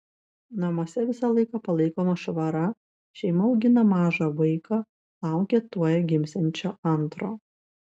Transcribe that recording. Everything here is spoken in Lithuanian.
namuose visą laiką palaikoma švara šeima augina mažą vaiką laukia tuoj gimsiančio antro